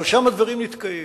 אבל שם הדברים נתקעים.